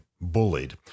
bullied